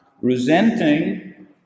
resenting